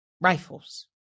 Rifles